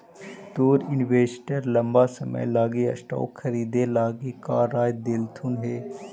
तोर इन्वेस्टर लंबा समय लागी स्टॉक्स खरीदे लागी का राय देलथुन हे?